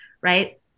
Right